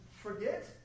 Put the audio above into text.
Forget